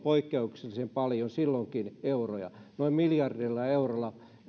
poikkeuksellisen paljon euroja noin miljardilla eurolla